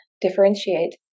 differentiate